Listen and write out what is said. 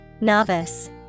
Novice